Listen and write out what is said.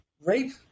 rape